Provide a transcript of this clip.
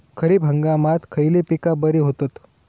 खरीप हंगामात खयली पीका बरी होतत?